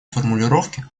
формулировки